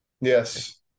Yes